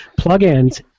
plugins